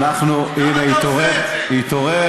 למה אתה עושה